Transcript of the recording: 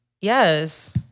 yes